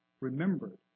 remembered